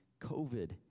COVID